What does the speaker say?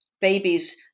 babies